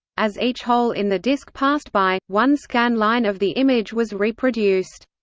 as each hole in the disk passed by, one scan line of the image was reproduced.